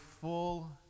full